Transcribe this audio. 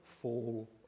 fall